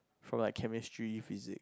for like chemistry physics